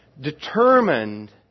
determined